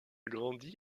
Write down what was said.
grandi